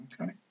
Okay